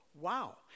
wow